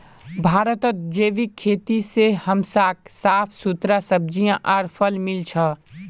भारतत जैविक खेती से हमसाक साफ सुथरा सब्जियां आर फल मिल छ